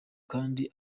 kandi